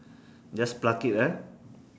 just pluck it ah